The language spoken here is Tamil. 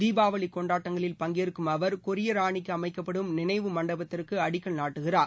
தீபாவளி கொண்டாட்டங்களில் பங்கேற்கும் அவர் கொரிய ராணிக்கு அமைக்கப்படும் நினைவு பண்டபத்திற்கு அடிக்கல் நாட்டுகிறார்